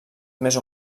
més